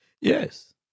Yes